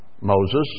Moses